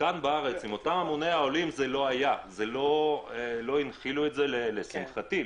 בארץ לא הצליחו להנחיל את זה לשמחתי,